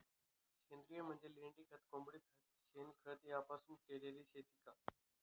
सेंद्रिय म्हणजे लेंडीखत, कोंबडीखत, शेणखत यापासून केलेली शेती का?